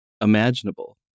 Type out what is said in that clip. imaginable